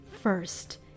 first